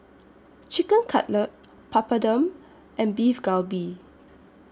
Chicken Cutlet Papadum and Beef Galbi